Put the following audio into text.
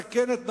מסכן את נפשו,